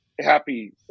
happy